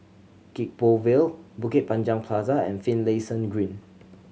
Gek Poh Ville Bukit Panjang Plaza and Finlayson Green